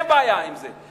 אין בעיה עם זה.